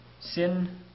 Sin